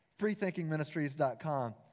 freethinkingministries.com